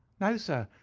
no, sir,